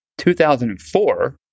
2004